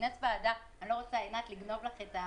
וכינס ועדה אני לא רוצה לגנוב לעינת את הפיצ'